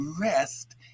rest